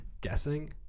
guessing